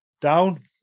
down